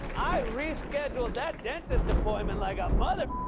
i rescheduled that dentist appointment like a mother